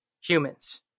humans